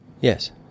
Yes